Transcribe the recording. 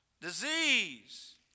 disease